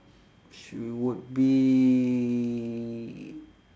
should be